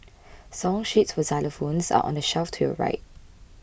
song sheets for xylophones are on the shelf to your right